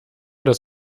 das